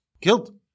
killed